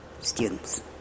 students